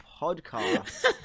podcast